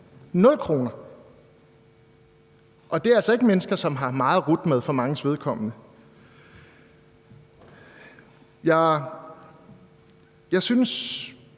– 0 kr.! Og det er altså ikke mennesker, som har meget at rutte med, for manges vedkommende. Jeg synes,